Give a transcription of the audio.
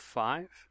five